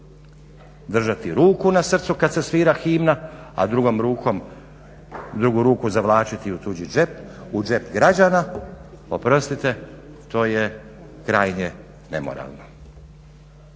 Držati ruku na srcu kad se svira himna, a drugom rukom, drugu ruku zavlačiti u tuđi džep, u džep građani, oprostite to je krajnje nemoralno.